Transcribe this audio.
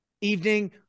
evening